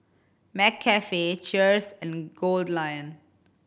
McCafe Cheers and Goldlion